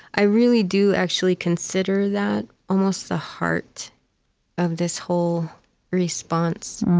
i really do actually consider that almost the heart of this whole response.